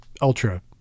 ultra